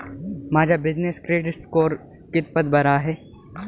माझा business credit score कितपत बरा आहे?